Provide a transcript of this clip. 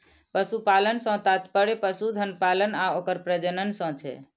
पशुपालन सं तात्पर्य पशुधन पालन आ ओकर प्रजनन सं छै